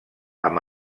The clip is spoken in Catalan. amb